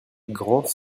grands